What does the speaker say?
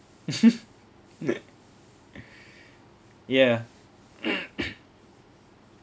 ya